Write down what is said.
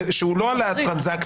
שהוא לא על הטרנזקציות,